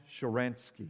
Sharansky